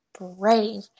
brave